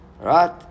Right